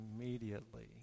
immediately